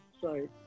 Sorry